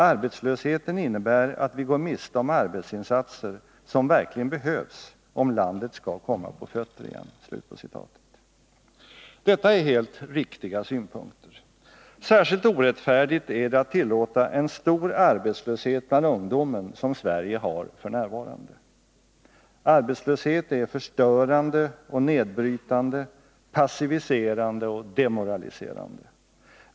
Arbetslösheten innebär att vi går miste om arbetsinsatser, som verkligen behövs om landet ska komma på fötter igen.” Det är helt riktiga synpunkter. Särskilt orättfärdigt är det att tillåta en så stor arbetslöshet bland ungdomen som Sverige f. n. har. Arbetslöshet är förstörande och nedbrytande, passiviserande och demoraliserande.